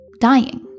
dying